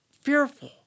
fearful